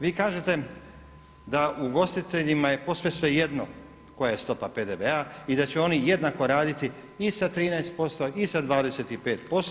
Vi kažete da ugostiteljima je posve svejedno koja je stopa PDV-a i da će oni jednako raditi i sa 13% i sa 25%